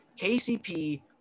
KCP